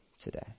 today